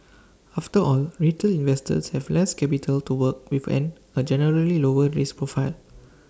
after all retail investors have less capital to work with and A generally lower risk profile